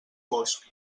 fosc